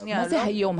מה זה היום?